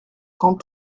quand